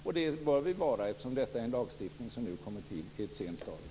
Och det bör vi vara, eftersom detta är en lagstiftning som nu kommer till i ett sent stadium.